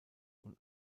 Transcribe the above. und